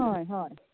होय होय